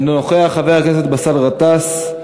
אינו נוכח, חבר הכנסת באסל גטאס,